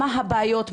מה הבעיות,